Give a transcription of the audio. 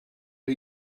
are